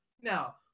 Now